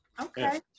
okay